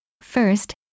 First